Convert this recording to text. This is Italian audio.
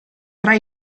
tra